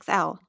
XL